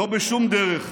ולא בשום דרך,